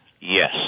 Yes